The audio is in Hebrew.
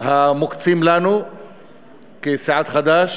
המוקצים לנו כסיעת חד"ש,